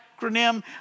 acronym